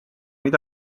ida